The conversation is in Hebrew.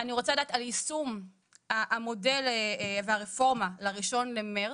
אני רוצה לדעת על יישום המודל והרפורמה ל-1 במרץ,